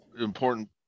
important